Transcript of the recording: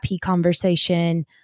conversation